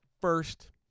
First